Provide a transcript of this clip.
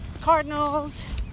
cardinals